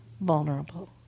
vulnerable